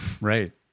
Right